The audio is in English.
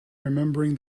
remembering